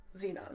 Xenon